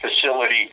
facility